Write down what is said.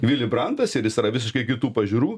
vili brantas ir jis yra visiškai kitų pažiūrų